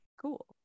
Cool